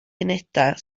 unedau